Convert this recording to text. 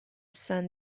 san